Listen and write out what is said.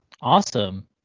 Awesome